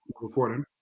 recording